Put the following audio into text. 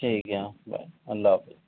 ٹھیک ہے ہاں بائے اللہ حافظ